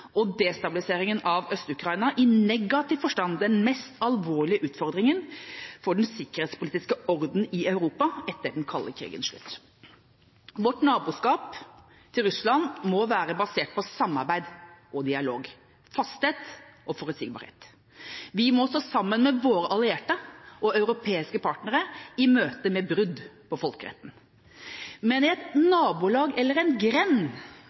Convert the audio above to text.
og destabiliseringen av Øst-Ukraina i negativ forstand den mest alvorlige utfordringen for den sikkerhetspolitiske orden i Europa etter den kalde krigens slutt. Vårt naboskap til Russland må være basert på samarbeid og dialog, fasthet og forutsigbarhet. Vi må stå sammen med våre allierte og europeiske partnere i møtet med brudd på folkeretten. Men i et nabolag eller en grend